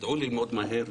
ידעו ללמוד מהר,